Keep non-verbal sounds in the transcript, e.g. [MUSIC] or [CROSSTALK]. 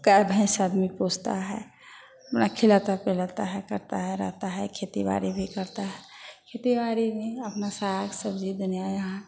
गाय भैंस आदमी पोसते हैं [UNINTELLIGIBLE] खिलाते पिलाते है काटते हैं रहते हं खेती बाड़ी भी करते हैं खेती बाड़ी अपना साग सब्ज़ी दुनिया जहान